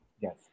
Yes